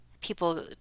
people